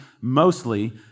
mostly